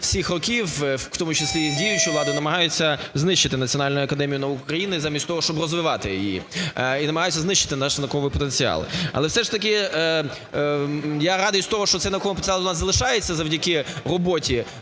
всіх років, в тому числі і з діючої влади, намагаються знищити Національну академію наук України замість того, щоб розвивати її, і намагаються знищити наш науковий потенціал. Але все ж таки я радий з того, що цей науковий потенціал у нас залишається завдяки роботі